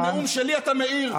לנאום שלי אתה מעיר,